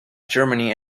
germany